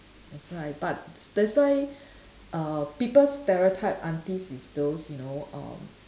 that's why but that's why uh people stereotype aunties is those you know uh